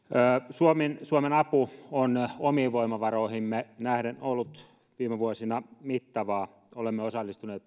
suomen suomen apu on omiin voimavaroihimme nähden ollut viime vuosina mittavaa olemme osallistuneet